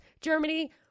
germany